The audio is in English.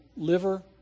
liver